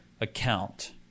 account